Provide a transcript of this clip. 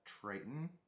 Triton